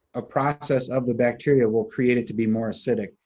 a process of the bacteria will create it to be more acidic,